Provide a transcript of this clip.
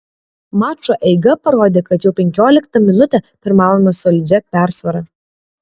mačo eiga parodė kad jau penkioliktą minutę pirmavome solidžia persvara